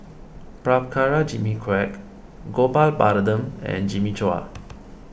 Prabhakara Jimmy Quek Gopal Baratham and Jimmy Chua